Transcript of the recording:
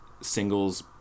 singles